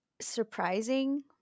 surprising